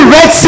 Red